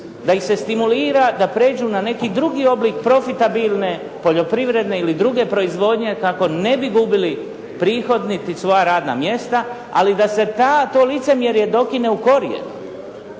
da ih se stimulira da pređu na neki drugi oblik profitabilne poljoprivredne ili druge proizvodnje, kako ne bi gubili prihod niti svoja radna mjesta, ali da se to licemjerje dokine u korijenu.